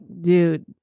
dude